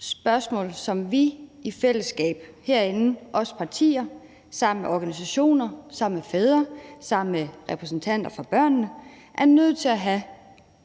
spørgsmål, som vi i fællesskab herinde, os partier, sammen med organisationer og sammen med fædre og med repræsentanter for børnene er nødt til at have en debat om